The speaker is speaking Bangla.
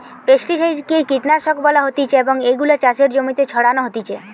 পেস্টিসাইড কে কীটনাশক বলা হতিছে এবং এগুলো চাষের জমিতে ছড়ানো হতিছে